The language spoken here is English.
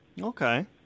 Okay